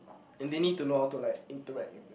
and they need to know how to like interact with them